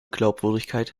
glaubwürdigkeit